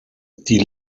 die